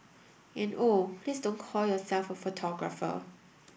and oh please don't call yourself a photographer